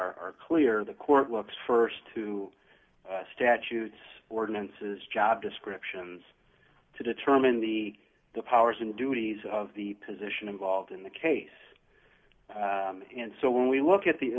are clear the court wants st to statutes ordinances job descriptions to determine the the powers and duties of the position involved in the case and so when we look at the